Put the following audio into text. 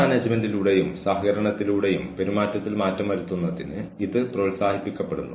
അതിനാൽ ഈ വ്യക്തിയെ നിങ്ങൾ എത്രത്തോളം പ്രധാനമായി കണക്കാക്കുന്നു എന്നതിനെ ആശ്രയിച്ചിരിക്കുന്നു